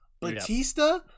Batista